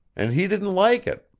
and he didn't like it.